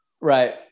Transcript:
Right